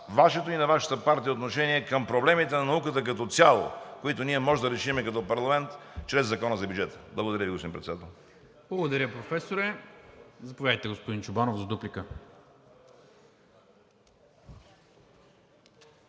Вашето, и на Вашата партия отношение към проблемите на науката като цяло, които ние можем да решим като парламент чрез Закона за бюджета. Благодаря Ви, господин Председател. ПРЕДСЕДАТЕЛ НИКОЛА МИНЧЕВ: Благодаря, Професоре. Заповядайте, господин Чобанов, за дуплика.